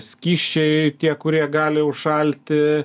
skysčiai tie kurie gali užšalti